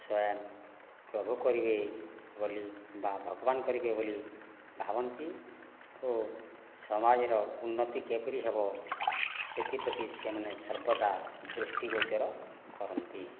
ସ୍ବୟଂ ପ୍ରଭୁ କରିବେ ବୋଲି ବା ଭଗବାନ୍ କରିବେ ବୋଲି ଭାବନ୍ତି ଓ ସମାଜର ଉନ୍ନତି କିପରି ହେବ ସେଥିପ୍ରତି ସେମାନେ ସର୍ବଦା ଦୃଷ୍ଟିଗୋଚର କରନ୍ତି